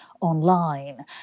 online